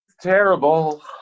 terrible